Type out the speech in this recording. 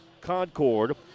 Concord